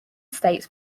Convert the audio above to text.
states